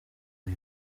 uyu